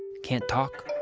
can't talk,